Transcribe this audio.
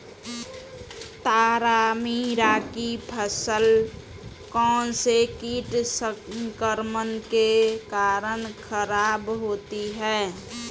तारामीरा की फसल कौनसे कीट संक्रमण के कारण खराब होती है?